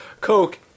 Coke